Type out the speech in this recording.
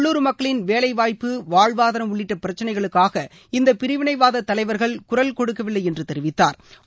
உள்ளுர் மக்களின் வேலைவாய்ப்பு வாழ்வாதாரம் உள்ளிட்ட பிரச்சினைகளுக்காக இந்த பிரிவினைவாத தலைவர்கள் குரல் கொடுக்கவில்லை என்று தெரிவித்தாா்